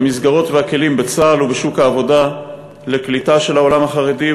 את המסגרות והכלים בצה"ל ובשוק העבודה לקליטה של העולם החרדי,